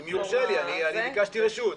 אם יורשה לי, אני ביקשתי רשות.